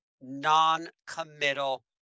non-committal